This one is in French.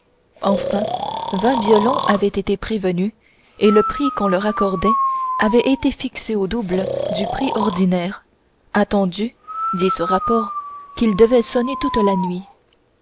enfin vingt violons avaient été prévenus et le prix qu'on leur accordait avait été fixé au double du prix ordinaire attendu dit ce rapport qu'ils devaient sonner toute la nuit